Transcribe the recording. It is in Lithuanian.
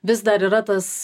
vis dar yra tas